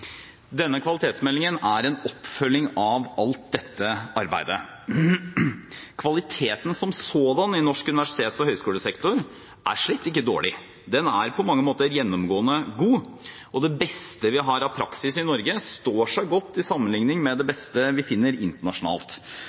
Denne kvalitetsmeldingen er en oppfølging av alt dette arbeidet. Kvaliteten som sådan i norsk universitets- og høyskolesektor er slett ikke dårlig, den er på mange måter gjennomgående god, og det beste vi har av praksis i Norge, står seg godt i sammenligning med det beste vi finner internasjonalt.